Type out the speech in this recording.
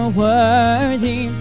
worthy